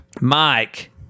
Mike